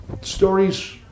stories